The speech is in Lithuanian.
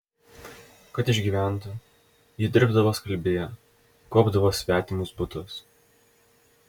kad išgyventų ji dirbdavo skalbėja kuopdavo svetimus butus